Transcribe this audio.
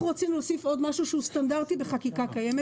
להוסיף עוד משהו שהוא סטנדרטי בחקיקה קיימת,